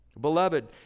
Beloved